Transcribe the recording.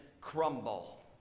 crumble